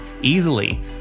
easily